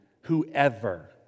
whoever